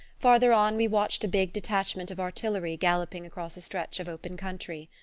farther on we watched a big detachment of artillery galloping across a stretch of open country.